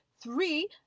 three